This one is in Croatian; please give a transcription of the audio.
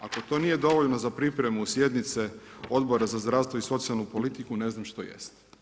Ako to nije dovoljno za pripremu sjednice Odbora za zdravstvo i socijalnu politiku, ne znam što jest.